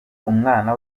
umwana